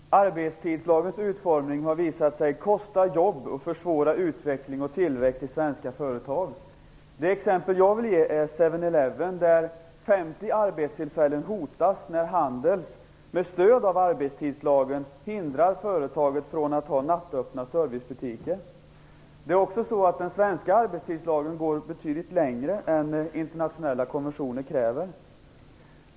Herr talman! Arbetstidslagens utformning har visat sig kosta jobb och försvåra utveckling och tillväxt i svenska företag. Det exempel jag vill ge gäller Seven-Eleven, där 50 arbetstillfällen hotas när Handels med stöd av arbetstidslagen hindrar företaget att ha nattöppna servicebutiker. Den svenska arbetstidslagen går betydligt längre än internationella konventioner kräver.